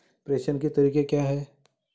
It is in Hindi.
प्रेषण के तरीके क्या हैं?